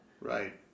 Right